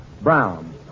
Brown